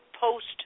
post